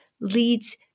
leads